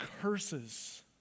curses